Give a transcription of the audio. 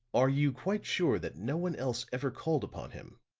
are you quite sure that no one else ever called upon him?